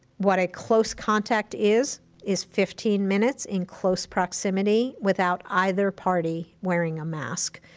what a close contact is is fifteen minutes in close proximity without either party wearing a mask.